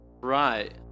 right